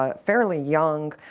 ah fairly young,